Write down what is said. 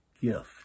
gift